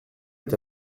est